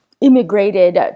immigrated